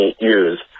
use